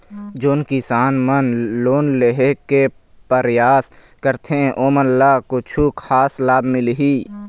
जोन किसान मन लोन लेहे के परयास करथें ओमन ला कछु खास लाभ मिलही?